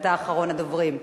שאתה אחרון הדוברים.